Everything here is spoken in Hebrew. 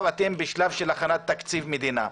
אתם עכשיו בשלב של הכנת תקציב מדינה.